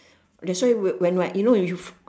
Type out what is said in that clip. that's why when I you know if